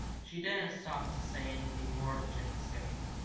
she didn't stop to say anything more to jimmy skunk,